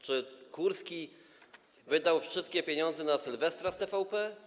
Czy Kurski wydał wszystkie pieniądze na Sylwestra z TVP?